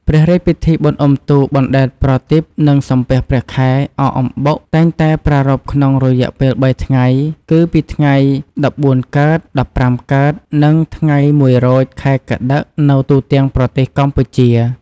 ព្រះរាជពិធីបុណ្យអ៊ំុទូក បណ្តែតប្រទីប និងសំពះព្រះខែ អកអំបុក តែងតែប្រារព្ធក្នុងរយៈពេល៣ថ្ងៃ គឺពីថ្ងៃ១៤កើត ១៥កើត និងថ្ងៃ១រោច ខែកត្តិក នៅទូទាំងប្រទេសកម្ពុជា។